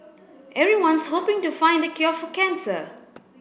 everyone's hoping to find the cure for cancer